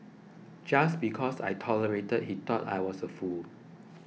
just because I tolerated he thought I was a fool